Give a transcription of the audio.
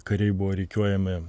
kariai buvo rikiuojami